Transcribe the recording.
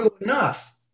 enough